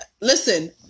Listen